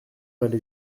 allait